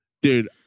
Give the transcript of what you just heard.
Dude